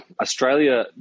Australia